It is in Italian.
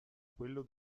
quello